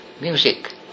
Music